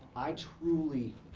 i truly,